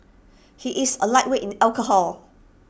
he is A lightweight in alcohol